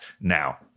now